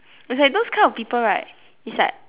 is like those kind of people right is like